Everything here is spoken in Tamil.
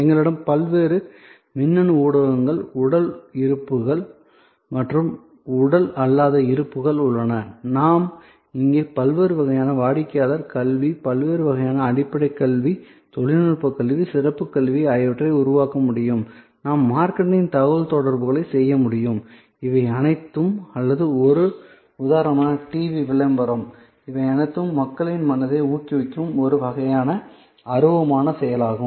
எங்களிடம் பல்வேறு மின்னணு ஊடகங்கள் உடல் இருப்புகள் மற்றும் உடல் அல்லாத இருப்புகள் உள்ளன நாம் இப்போது பல்வேறு வகையான வாடிக்கையாளர் கல்வி பல்வேறு வகையான அடிப்படை கல்வி தொழில்நுட்ப கல்வி சிறப்பு கல்வி ஆகியவற்றை உருவாக்க முடியும் நாம் மார்க்கெட்டிங் தகவல்தொடர்புகளை செய்ய முடியும் இவை அனைத்தும் அல்லது ஒரு உதாரணமாக டிவி விளம்பரம் இவை அனைத்தும் மக்களின் மனதை ஊக்குவிக்கும் ஒரு வகையான அருவமான செயலாகும்